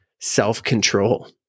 self-control